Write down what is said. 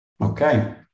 Okay